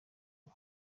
ubu